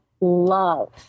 love